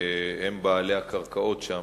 שהם בעלי הקרקעות שם,